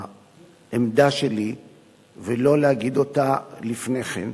העמדה שלי ולא להגיד אותה לפני כן,